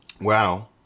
Wow